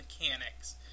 mechanics